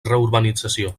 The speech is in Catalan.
reurbanització